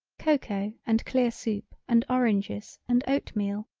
cocoa and clear soup and oranges and oat-meal.